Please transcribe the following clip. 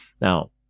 Now